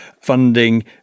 funding